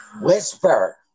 Whisper